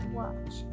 watch